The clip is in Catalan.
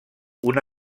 una